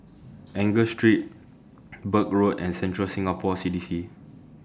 Enggor Street Birch Road and Central Singapore C D C